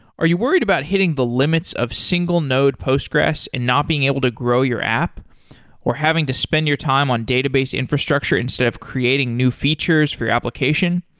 are you worried about hitting the limits of single node postgres and not being able to grow your app or having to spend your time on database infrastructure instead of creating new features for you application?